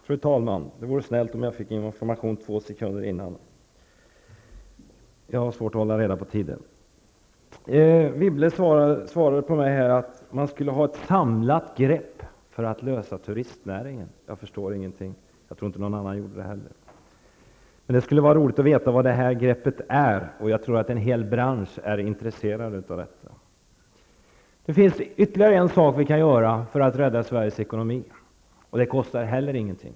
Fru talman! Anne Wibble sade som ett svar till mig att det behövs ett samlat grepp för att lösa frågorna kring turistnäringen. Jag förstår ingenting, och jag tror inte att någon annan heller förstår detta. Det skulle vara roligt att veta vad det här greppet innebär. Jag tror att man inom en hel bransch är intresserad av information på detta område. Det finns ytterligare en sak som vi kan göra för att rädda Sveriges ekonomi, och det här kostar heller inte någonting.